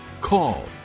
call